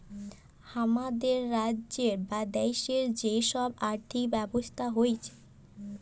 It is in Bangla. হামাদের রাজ্যের বা দ্যাশের যে সব আর্থিক ব্যবস্থা হচ্যে